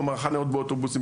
כלומר חניות באוטובוסים,